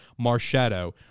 Marshadow